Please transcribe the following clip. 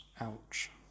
Ouch